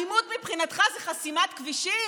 אלימות מבחינתך זה חסימת כבישים?